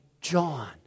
John